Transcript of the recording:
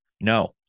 No